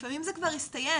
לפעמים זה כבר הסתיים,